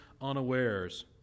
unawares